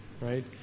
right